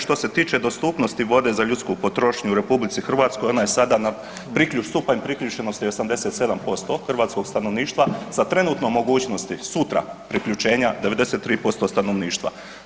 Što se tiče dostupnosti vode za ljudsku potrošnju u RH, ona je sada na, stupanj priključenosti je 87% hrvatskog stanovništva sa trenutnom mogućnosti sutra, priključenja 93% stanovništva.